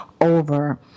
over